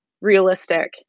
realistic